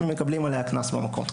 מקבלים עליה קנס במקום.